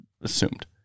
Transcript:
assumed